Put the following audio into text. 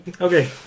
Okay